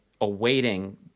awaiting